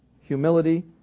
humility